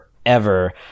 forever